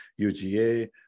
UGA